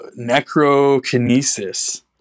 Necrokinesis